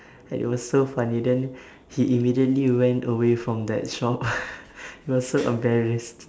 ya it was so funny then he immediately went away from that shop he was so embarrassed